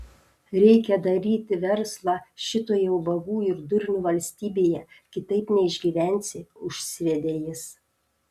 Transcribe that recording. reikia daryti verslą šitoje ubagų ir durnių valstybėje kitaip neišgyvensi užsivedė jis